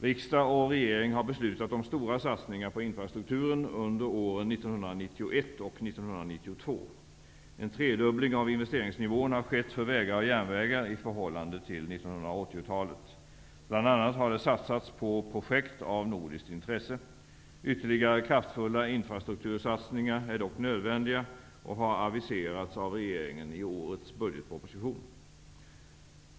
Riksdag och regering har beslutat om stora satsningar på infrastrukturen under åren 1991 och 1992. En tredubbling av investeringsnivån har skett för vägar och järnvägar i förhållande till 1980-talet. Bl.a. har det satsats på projekt av nordiskt intresse. Ytterligare kraftfulla infrastruktursatsningar är dock nödvändiga och har aviserats av regeringen i årets budgetproposition.